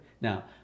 Now